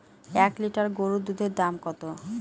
এক লিটার গরুর দুধের দাম কত?